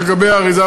על-גבי האריזה,